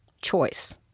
choice